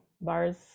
bars